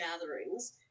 gatherings